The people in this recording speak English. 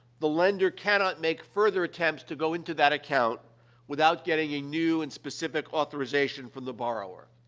the lender cannot make further attempts to go into that account without getting a new and specific authorization from the borrower.